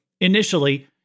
initially